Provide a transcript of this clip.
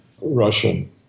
Russian